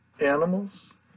animals